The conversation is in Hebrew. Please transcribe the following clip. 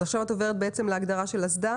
אז עכשיו את עוברת להגדרה של אסדה.